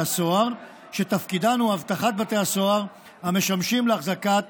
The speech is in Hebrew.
הסוהר שתפקידן הוא אבטחת בתי סוהר המשמשים להחזקת